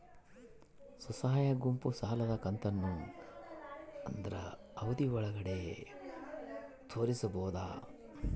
ಸ್ವಸಹಾಯ ಗುಂಪು ಸಾಲದ ಕಂತನ್ನ ಆದ್ರ ಅವಧಿ ಒಳ್ಗಡೆ ತೇರಿಸಬೋದ?